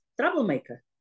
troublemaker